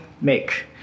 make